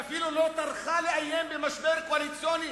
שאפילו לא טרחה לאיים במשבר קואליציוני